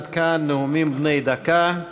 עד כאן נאומים בני דקה.